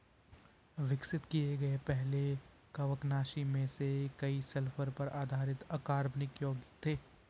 विकसित किए गए पहले कवकनाशी में से कई सल्फर पर आधारित अकार्बनिक यौगिक थे